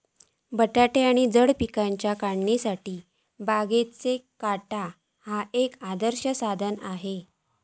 बटाटे आणि जड पिकांच्या काढणीसाठी बागेचो काटो ह्या एक आदर्श साधन हा